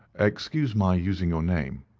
excuse my using your name,